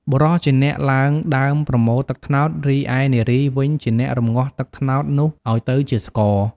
បុរសជាអ្នកឡើងដើមប្រមូលទឹកត្នោត រីឯនារីវិញជាអ្នករំងាស់ទឹកត្នោតនោះឱ្យទៅជាស្ករ។